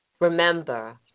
Remember